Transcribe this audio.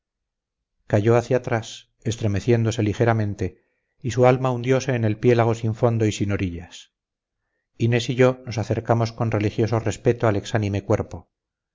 cayó hacia atrás estremeciéndose ligeramente y su alma hundiose en el piélago sin fondo y sin orillas inés y yo nos acercamos con religioso respeto al exánime cuerpo